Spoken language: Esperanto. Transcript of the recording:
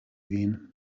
vin